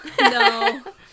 No